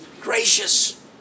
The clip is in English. gracious